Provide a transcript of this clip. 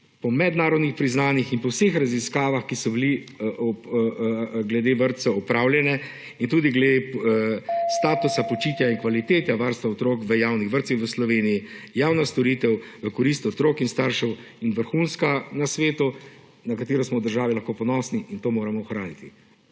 po mednarodnih priznanjih in po vseh raziskavah, ki so bile glede vrtcev opravljene, in tudi glede statusa / nerazumljivo/ in kvalitete varstva otrok v javnih vrtcih v Sloveniji, javna storitev v korist otrok in staršev vrhunska na svetu, na katero smo v državi lahko ponosni, in to moramo ohraniti.